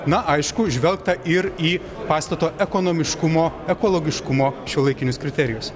na aišku žvelgta ir į pastato ekonomiškumo ekologiškumo šiuolaikinius kriterijus